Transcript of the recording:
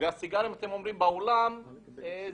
שאין